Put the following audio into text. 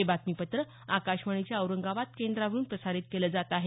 हे बातमीपत्र आकाशवाणीच्या औरंगाबाद केंद्रावरून प्रसारित केलं जात आहे